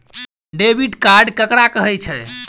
Debit card ककरा कहै छै?